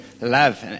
love